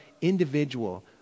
individual